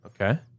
Okay